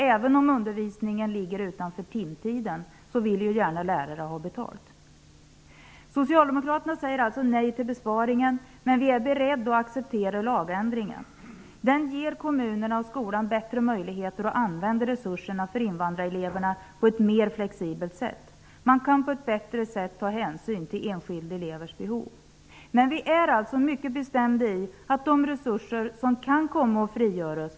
Även om undervisningen ligger utanför timtiden vill ju lärarna gärna ha betalt. Vi socialdemokrater säger alltså nej till besparingen. Men vi är beredda att acceptera lagändringen. Den ger kommunerna och skolan större möjligheter att använda resurserna för invandrarelever på ett mera flexibelt sätt. Man kan på ett bättre sätt ta hänsyn till enskilda elevers behov. Vi är alltså mycket bestämda när det gäller de resurser som kan komma att frigöras.